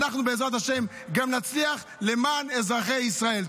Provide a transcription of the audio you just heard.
בעזרת השם אנחנו גם נצליח למען אזרחי ישראל.